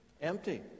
empty